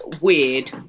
weird